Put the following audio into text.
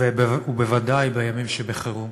ובוודאי בימים שבחירום.